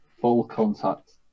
full-contact